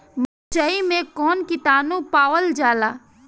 मारचाई मे कौन किटानु पावल जाला?